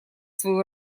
свою